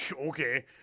Okay